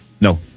No